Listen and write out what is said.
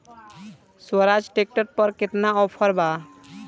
Swaraj tractor पर केतना offer बा?